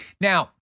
Now